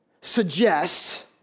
suggest